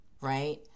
right